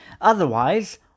Otherwise